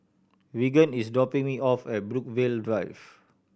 Reagan is dropping me off at Brookvale Drive